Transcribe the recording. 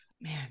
Man